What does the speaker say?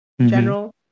general